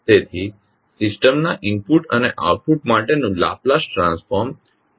તેથી સિસ્ટમના ઇનપુટ અને આઉટપુટ માટેનું લાપ્લાસ ટ્રાન્સફોર્મ U અને Y છે